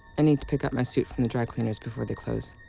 i need to pick up my suit from the dry cleaners before they close.